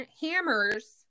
hammers